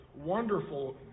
wonderful